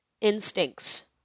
instincts